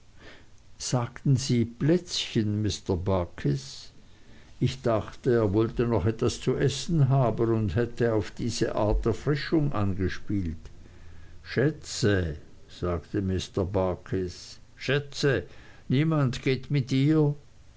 sagten sie plätzchen mr barkis ich dachte er wollte noch etwas zu essen haben und hätte auf diese art erfrischung angespielt schätze sagte mr barkis schätze niemand geht mit ihr